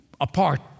apart